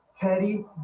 Teddy